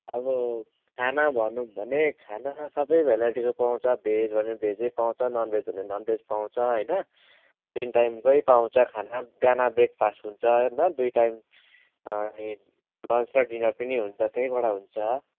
अब खाना भनौँ भने खाना सबै भेराइटीको पाउँछ भेज भने भेजै पाउँँछ नन् भेज भन्यो नन् भेज पाउँछ होइन तिन टाइमकै पाउँछ खाना बिहान ब्रेकफास्ट हुन्छ अन्त दुई टाइम अनि लन्च र डिनर पनि हुन्छ त्यहीबाट हुन्छ